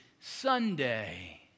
Sunday